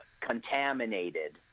Contaminated